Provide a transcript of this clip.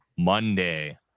Monday